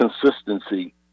consistency